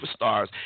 superstars